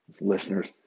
listeners